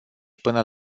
până